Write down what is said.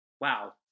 Wow